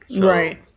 right